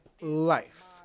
life